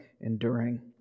enduring